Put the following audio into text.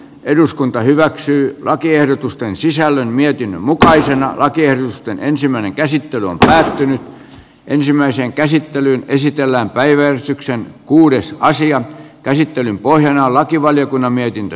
eduskunta hyväksyy lakiehdotusten sisällön mietin mukaisina rakennusten ensimmäinen käsittely on pysähtynyt ensimmäiseen käsittelyyn esitellään päiväjärjestykseen kuudes asian käsittelyn pohjana on lakivaliokunnan mietintö